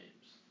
Games